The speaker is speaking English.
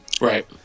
Right